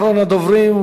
אחרון הדוברים,